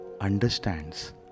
understands